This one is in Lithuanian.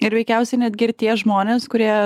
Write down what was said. ir veikiausiai netgi ir tie žmonės kurie